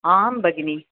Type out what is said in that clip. आं भगिनि